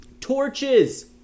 Torches